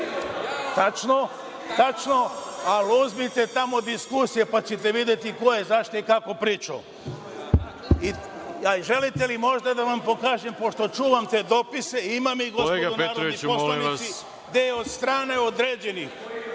tada.)Tačno, ali uzmite tamo diskusije pa ćete videti ko je za šta i kako pričao. Želite li možda da vam pokažem, pošto čuvam te dopise, imam ih gospodo narodni poslanici…. **Veroljub